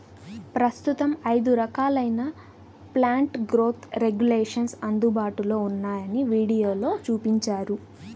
ప్రస్తుతం ఐదు రకాలైన ప్లాంట్ గ్రోత్ రెగ్యులేషన్స్ అందుబాటులో ఉన్నాయని వీడియోలో చూపించారు